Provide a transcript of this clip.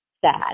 sad